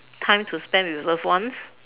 time to spend with loved ones